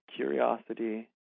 Curiosity